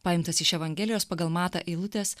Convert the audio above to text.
paimtas iš evangelijos pagal matą eilutės